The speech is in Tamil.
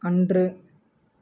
அன்று